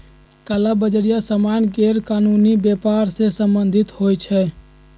कला बजारि सामान्य गैरकानूनी व्यापर से सम्बंधित होइ छइ